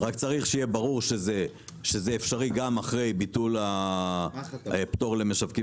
רק צריך שיהיה ברור שזה אפשרי גם אחרי ביטול הפטור למשווקים